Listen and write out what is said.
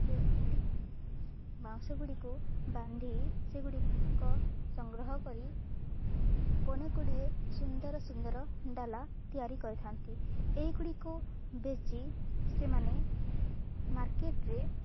ସେଠି ବାଉଁଶ ଗୁଡ଼ିକୁ ବାନ୍ଧି ସେଗୁଡ଼ିକ ସଂଗ୍ରହ କରି ଅନେକ ଗୁଡ଼ିଏ ସୁନ୍ଦର ସୁନ୍ଦର ଡାଲା ତିଆରି କରିଥାନ୍ତି ଏଗୁଡ଼ିକୁ ବେଚି ସେମାନେ ମାର୍କେଟ୍ରେ